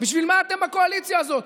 בשביל מה אתם בקואליציה הזאת?